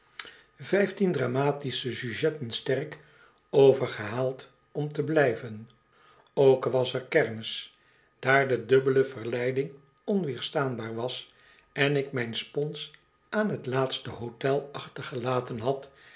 vijftien dramatische sujetten sterk overgehaald om te blijven ook was er kermis daar de dubbele verleiding onweerstaanbaar was en ik mijn spons aan t laatste plotel achtergelaten had